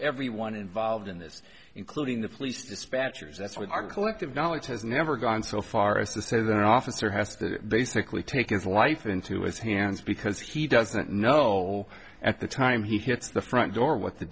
everyone involved in this including the police dispatchers that's with our collective knowledge has never gone so far as to say that an officer has to basically take his life into his hands because he doesn't know at the time he hits the front door w